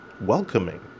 welcoming